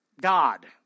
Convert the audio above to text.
God